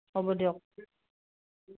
হ'ব দিয়ক